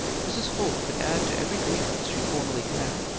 mrs. holt could add to every grievance she formerly had,